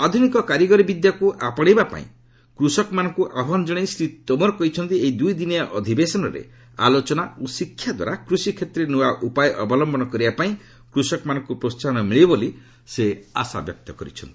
ଆଧୁନିକ କାରିଗରୀ ବିଦ୍ୟାକୁ ଆପଶେଇବା ପାଇଁ କୃଷକମାନଙ୍କୁ ଆହ୍ୱାନ ଜଣାଇ ଶ୍ରୀ ତୋମାର କହିଛନ୍ତି ଏହି ଦୁଇଦିନିଆ ଅଧିବେଶନରେ ଆଲୋଚନା ଓ ଶିକ୍ଷା ଦ୍ୱାରା କୃଷି କ୍ଷେତ୍ରରେ ନୃଆ ଉପାୟ ଅବଲମ୍ଭନ କରିବା ପାଇଁ କୃଷକମାନଙ୍କୁ ପ୍ରୋହାହନ ମିଳିବ ବୋଲି ସେ ଆଶାବ୍ୟକ୍ତ କରିଛନ୍ତି